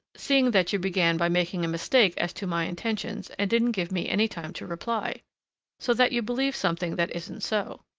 seeing that you began by making a mistake as to my intentions and didn't give me any time to reply so that you believe something that isn't so.